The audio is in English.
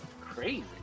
Crazy